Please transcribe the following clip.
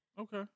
Okay